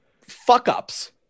fuck-ups